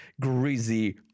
greasy